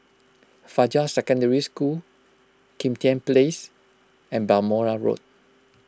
Fajar Secondary School Kim Tian Place and Balmoral Road